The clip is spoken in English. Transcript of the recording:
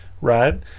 right